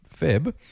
Feb